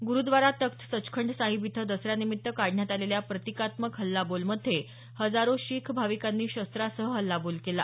गुरुद्वारा तख्त सचखंड साहिब इथं दसऱ्यानिमित्त काढण्यात आलेल्या प्रतिकातमक हल्लाबोलमध्ये हजारो शीख भाविकांनी शस्त्रासह हल्लाबोल केला